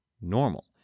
normal